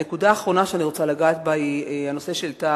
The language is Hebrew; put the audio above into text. הנקודה האחרונה שאני רוצה לגעת בה היא הנושא שהעלתה